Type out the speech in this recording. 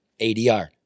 ADR